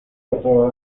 otro